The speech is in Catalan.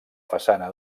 façana